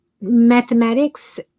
mathematics